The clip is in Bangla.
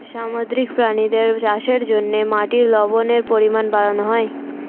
সামুদ্রিক প্রাণীদের চাষের জন্যে মাটির লবণের পরিমাণ বাড়ানো হয়